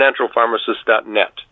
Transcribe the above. naturalpharmacist.net